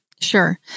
Sure